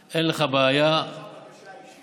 מיקי, אין לך בעיה, בקשה אישית.